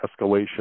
escalation